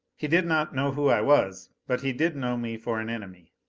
he did not know who i was, but he did know me for an enemy.